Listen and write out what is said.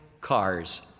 cars